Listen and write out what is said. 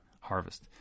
harvest